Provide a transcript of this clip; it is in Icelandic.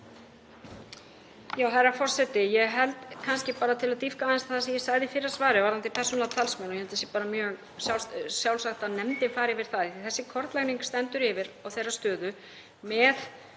Herra forseti. Kannski bara til að dýpka aðeins það sem ég sagði í fyrra svari varðandi persónulega talsmenn, ég held að það sé bara mjög sjálfsagt að nefndin fari yfir það og þessi kortlagning stendur yfir á þeirra stöðu með